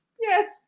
yes